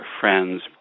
friends